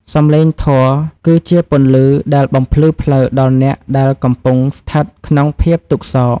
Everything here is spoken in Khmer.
សំឡេងធម៌គឺជាពន្លឺដែលបំភ្លឺផ្លូវដល់អ្នកដែលកំពុងស្ថិតក្នុងភាពទុក្ខសោក។